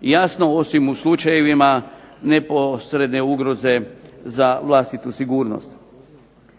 Jasno osim u slučajevima neposredne ugroze za vlastitu sigurnost.